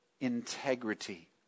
integrity